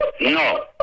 No